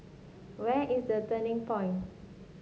where is The Turning Point